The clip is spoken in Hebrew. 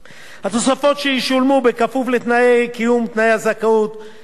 בכפוף לקיום תנאי הזכאות לעניין מועד הפרישה והדירוג של